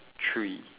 three